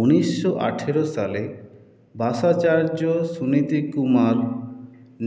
উনিশশো আঠেরো সালে ভাষাচার্য সুনীতিকুমার